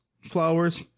Flowers